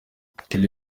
kelly